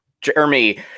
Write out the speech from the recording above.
Jeremy